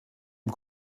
dem